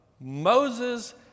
Moses